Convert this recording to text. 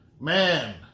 man